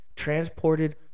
transported